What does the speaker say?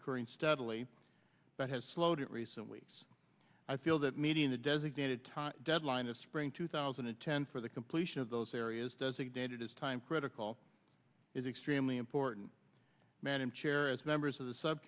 occurring steadily but has slowed in recent weeks i feel that meeting the designated time deadline of spring two thousand and ten for the completion of those areas designated as time critical is extremely important madam chair as members of the sub